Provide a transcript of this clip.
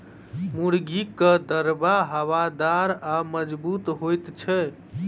मुर्गीक दरबा हवादार आ मजगूत होइत छै